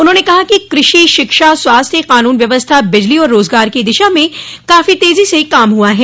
उन्होंने कहा कि कृषि शिक्षा स्वास्थ्य कानून व्यवस्था बिजली और रोजगार की दिशा में काफी तेजी से काम हुआ है